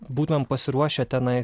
būtumėm pasiruošę tenai